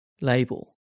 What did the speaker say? label